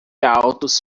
altos